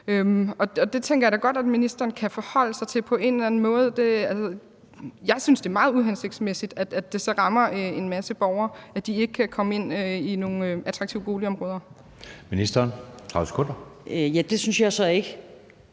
det tænker jeg da godt ministeren kan forholde sig til på en eller anden måde. Jeg synes, det er meget uhensigtsmæssigt, og det rammer en masse borgere, at de ikke kan komme ind i nogle attraktive boligområder. Kl. 14:22 Anden næstformand (Jeppe